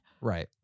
Right